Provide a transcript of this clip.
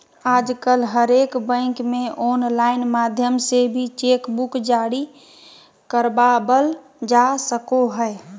आजकल हरेक बैंक मे आनलाइन माध्यम से भी चेक बुक जारी करबावल जा सको हय